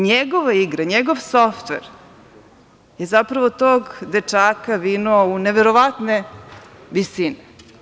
NJegova igra, njegov softver je zapravo tog dečaka vinuo u neverovatne visine.